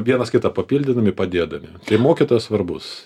vienas kitą papildydami padėdami tai mokytojas svarbus